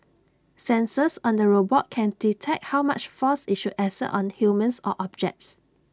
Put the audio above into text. sensors on the robot can detect how much force IT should exert on humans or objects